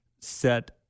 set